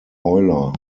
euler